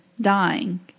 dying